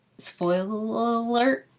spoiler alert.